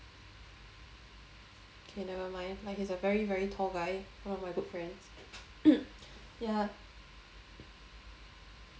okay nevermind like he's a very very tall guy one of my good friends ya